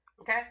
okay